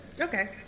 Okay